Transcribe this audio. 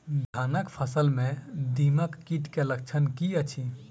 धानक फसल मे दीमक कीट केँ लक्षण की अछि?